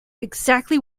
exactly